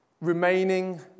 remaining